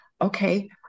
Okay